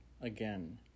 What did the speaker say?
Again